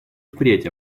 впредь